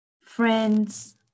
friends